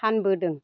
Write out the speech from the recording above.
फानबोदों